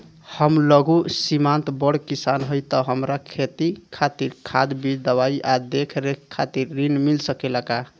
हम लघु सिमांत बड़ किसान हईं त हमरा खेती खातिर खाद बीज दवाई आ देखरेख खातिर ऋण मिल सकेला का?